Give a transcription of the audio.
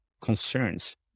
concerns